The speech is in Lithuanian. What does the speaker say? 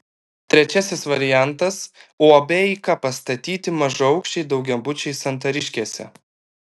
trečiasis variantas uab eika pastatyti mažaaukščiai daugiabučiai santariškėse